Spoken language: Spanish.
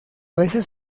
veces